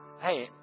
Hey